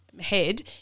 head